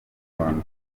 rwanda